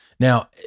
Now